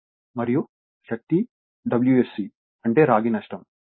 మరియు శక్తి Wsc అంటే రాగి నష్టం